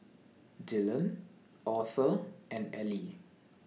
Dylan Auther and Elie